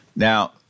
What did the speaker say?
Now